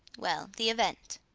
well the event.